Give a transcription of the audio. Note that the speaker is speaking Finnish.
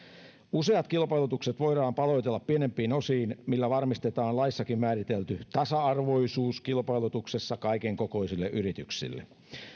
useat kilpailutukset voidaan paloitella pienempiin osiin millä varmistetaan laissakin määritelty tasa arvoisuus kilpailutuksessa kaikenkokoisille yrityksille